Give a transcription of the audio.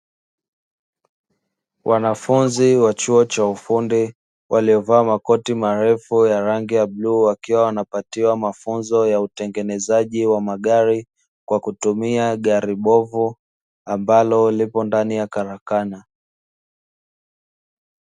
Wanafunzi wa chuo cha ufundi waliovaa makoti marefu ya rangi ya bluu, wakiwa wanapatiwa mafunzo ya utengenezaji wa magari kwa kutumia gari bovu ambalo lipo ndani ya karakana.